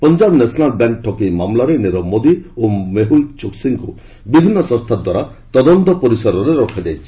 Punjab National Bank ଠକେଇ ମାମଲାରେ ନୀରବ ମୋଦି ଓ ମେହୁଲ୍ ଚୋକସୀଙ୍କୁ ବିଭିନ୍ନ ସଂସ୍ଥା ଦ୍ୱାରା ତଦନ୍ତ ପରିସରରେ ରଖାଯାଇଛି